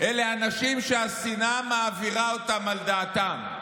אלה אנשים שהשנאה מעבירה אותם על דעתם.